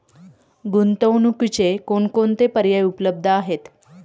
गुंतवणुकीचे कोणकोणते पर्याय उपलब्ध आहेत?